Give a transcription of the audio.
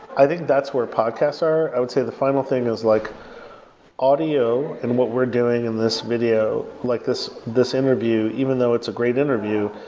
i think that's where podcasts are. i would say the final thing is like audio and what we're doing in this video, like this this interview, even though it's a great interview,